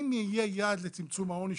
אם יהיה יעד לצמצום העוני,